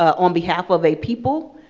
on behalf of a people,